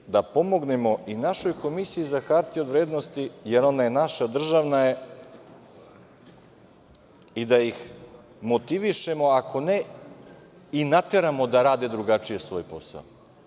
Ali, hajde da pomognemo i našoj Komisiji za hartije od vrednosti, jer ona je naša, državna je i da ih motivišemo, ako ne i nateramo da rade drugačije svoj posao.